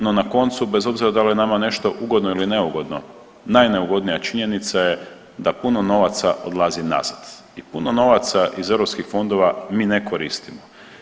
No na koncu bez obzira da li je nama nešto ugodno ili neugodno najneugodnija činjenica je da puno novaca odlazi nazad i puno novaca iz europskih fondova mi ne koristimo.